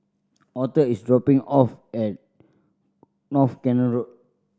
Author is dropping off at North Canal Road